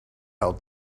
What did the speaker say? out